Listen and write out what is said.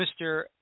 Mr